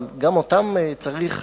אבל גם אותן צריך